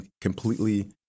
completely